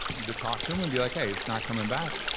either talk to em and be like, hey, it's not coming back.